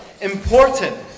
important